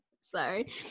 Sorry